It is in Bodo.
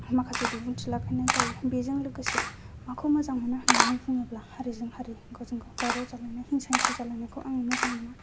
माखासे बिबुंथि लाफैनाय जायो बेजों लोगोसे माखौ मोजां मोना होननानै बुङोब्ला हारिजों हारि गावजों गाव दावराव जालायनाय हिंसा हिंसि जालायनायखौ आं मोजां मोना